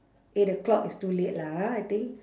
eight o'clock is too late lah ha I think